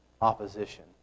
opposition